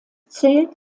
zählt